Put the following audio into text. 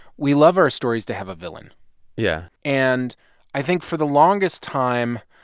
we love our stories to have a villain yeah and i think, for the longest time,